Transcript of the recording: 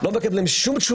הם לא קיבלו שום תשובה.